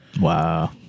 Wow